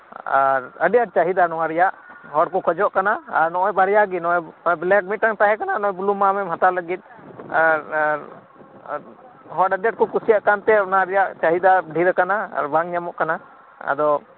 ᱟᱨ ᱟᱹᱰᱤ ᱟᱴ ᱪᱟᱦᱤᱫᱟ ᱱᱚᱣᱟᱨᱮᱭᱟᱜ ᱦᱚᱲᱠᱩ ᱠᱷᱚᱡᱚᱜ ᱠᱟᱱᱟ ᱟᱨ ᱱᱚᱜᱚᱭ ᱵᱟᱨᱭᱟᱜᱤ ᱱᱚᱜᱚᱭ ᱵᱞᱟᱠ ᱢᱤᱫᱴᱟᱝ ᱛᱟᱦᱮᱸ ᱠᱟᱱᱟ ᱚᱱᱮ ᱵᱞᱩᱢᱟ ᱟᱢᱮᱢ ᱦᱟᱛᱟᱣ ᱞᱟᱹᱜᱤᱫ ᱟᱨ ᱦᱚᱲ ᱟᱹᱰᱤ ᱟᱴᱠᱩ ᱠᱩᱥᱤᱭᱟᱜ ᱠᱟᱱᱟ ᱛᱮ ᱚᱱᱟᱨᱮᱭᱟᱜ ᱪᱟᱦᱤᱫᱟ ᱫᱷᱮᱨ ᱟᱠᱟᱱᱟ ᱟᱨ ᱵᱟᱝᱧᱟᱢᱚᱜ ᱠᱟᱱᱟ ᱟᱫᱚ